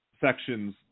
sections